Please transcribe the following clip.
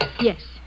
Yes